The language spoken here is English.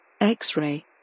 X-Ray